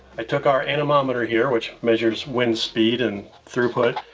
i took our anemometer here, which measures wind speed and throughput,